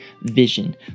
vision